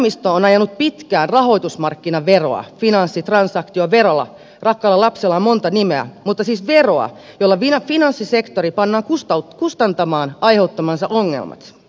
vasemmisto on ajanut pitkään rahoitusmarkkinaveroa finanssitransaktioveroa rakkaalla lapsella on monta nimeä siis veroa jolla finanssisektori pannaan kustantamaan aiheuttamansa ongelmat